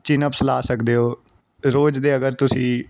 chin-ups ਲਗਾ ਸਕਦੇ ਹੋ ਅਤੇ ਰੋਜ਼ ਦੇ ਅਗਰ ਤੁਸੀਂ